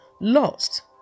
Lost